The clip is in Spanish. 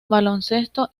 baloncesto